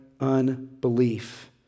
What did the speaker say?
unbelief